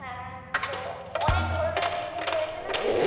হ্যাঁ তো অনেক ধরনের জিনিস রয়েছে না ওখানে